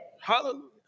Hallelujah